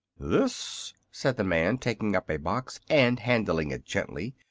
this, said the man, taking up a box and handling it gently,